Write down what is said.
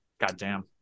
Goddamn